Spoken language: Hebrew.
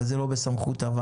אבל זה לא בסמכות הוועדה.